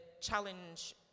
challenge